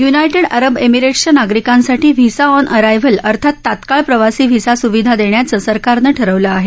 United Arab एमिरेट्सच्या नागरिकांसाठी visa on arrival अर्थात तात्काळ प्रवासी व्हिसा सुविधा देण्याचं सरकारनं ठरवलं आहे